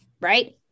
right